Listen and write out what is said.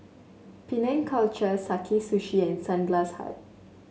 Penang Culture Sakae Sushi and Sunglass Hut